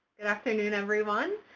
good afternoon, everyone.